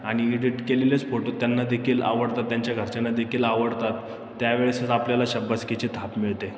आणि इडिट केलेलेच फोटो त्यांनादेखील आवडतात त्यांच्या घरच्यानादेखील आवडतात त्यावेळेसच आपल्याला शाब्बासकीची थाप मिळते